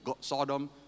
Sodom